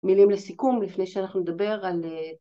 מילים לסיכום לפני שאנחנו נדבר על אה...